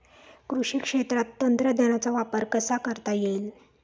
कृषी क्षेत्रात तंत्रज्ञानाचा वापर कसा करता येईल?